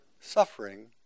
suffering